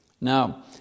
Now